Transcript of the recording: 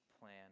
plan